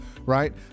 right